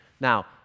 Now